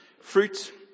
Fruit